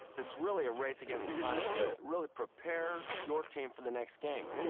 it's really a race against time to really prepare your team for the next game,